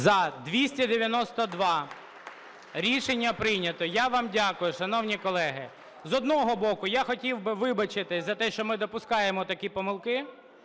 За-292 Рішення прийнято. Я вам дякую, шановні колеги. З одного боку, я хотів би вибачитись за те, що ми допускаємо такі помилки